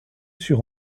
sur